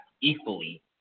equally